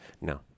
No